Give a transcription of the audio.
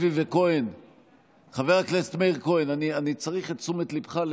אני מחדש את הישיבה,